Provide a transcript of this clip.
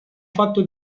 fatto